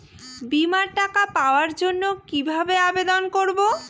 বিমার টাকা পাওয়ার জন্য কিভাবে আবেদন করব?